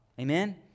Amen